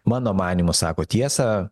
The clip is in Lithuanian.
mano manymu sako tiesą